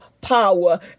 power